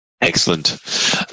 Excellent